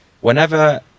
Whenever